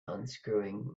unscrewing